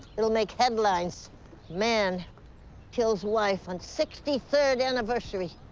it'll make headlines man kills wife on sixty third anniversary,